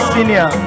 Senior